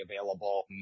available